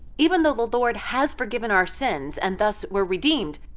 even though the lord has forgiven our sins and thus we're redeemed,